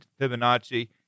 Fibonacci